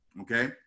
Okay